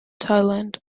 thailand